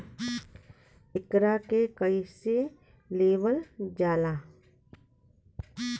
एकरके कईसे लेवल जाला?